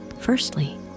Firstly